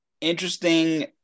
interesting